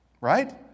Right